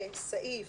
בסעיף,